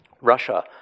Russia